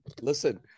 listen